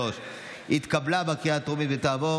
אבל התוצאה נשארת כמות שהיא, 33 בעד,